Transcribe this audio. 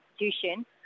institution